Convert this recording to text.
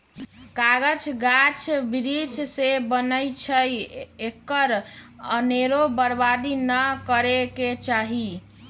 कागज गाछ वृक्ष से बनै छइ एकरा अनेरो बर्बाद नऽ करे के चाहि